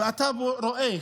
ואתה רואה